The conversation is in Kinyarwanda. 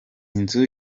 inzu